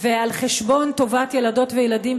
ועל חשבון טובת ילדות וילדים,